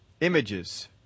Images